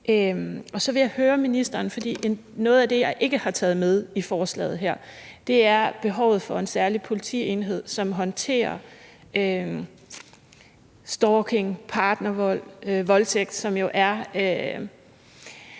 Så vil jeg høre ministeren om noget. For noget af det, jeg ikke har taget med i forslaget her, er behovet for en særlig politienhed, som håndterer stalking, partnervold og voldtægt, som jo er